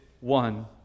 one